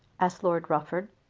asked lord rufford.